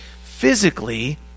physically